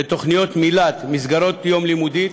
ותוכניות מיל"ת, מסגרות יום לימודיות,